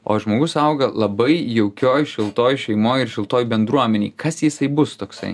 o žmogus auga labai jaukioj šiltoj šeimoj ir šiltoj bendruomenėj kas jisai bus toksai